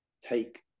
take